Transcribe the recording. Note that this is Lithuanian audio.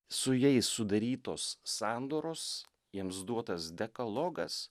su jais sudarytos sandoros jiems duotas dekalogas